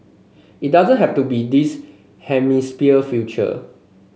it doesn't have to be this hemisphere future